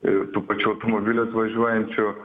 ir tų pačių automobilių atvažiuojančių